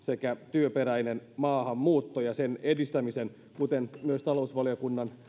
työperäinen maahanmuutto ja sen edistäminen kuten myös talousvaliokunnan